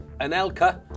Anelka